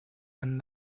and